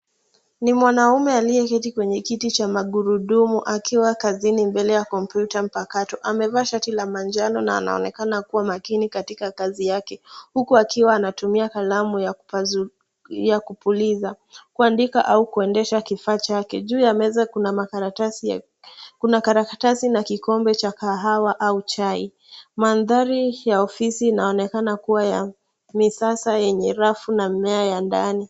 Ni mwanaume aliyeketi kwenye kiti cha magurudumu akiwa kazini mbele ya kompyuta mpakato. Amevaa shati la manjano na anaonekana kuwa makini katika kazi yake huku anatumia kalamu ya kupuliza kuandika au kuendesha kifaa chake. Juu ya meza kuna karatasi na kikombe cha kahawa au chai. Mandhari ya ofisi inaonekana kuwa ya misasa yenye rafu na mimea ya ndani.